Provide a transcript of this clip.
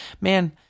Man